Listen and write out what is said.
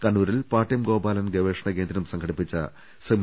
കണ്ണൂരിൽ പാട്യം ഗോപാലൻ ഗവേഷണ കേന്ദ്രം സംഘടിപ്പിച്ച സെമി